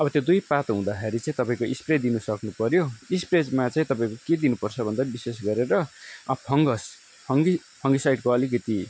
अब त्यो दुई पात हुँदाखेरि चाहिँ तपाईँको स्प्रे दिनु सक्नु पर्यो स्प्रेमा चाहिँ तपाईँको के दिनु पर्छ भन्दा विशेष गरेर फङ्गस फङ्गी फङ्गिसाइडको अलिकति